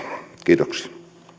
kiitoksia